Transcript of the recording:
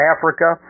Africa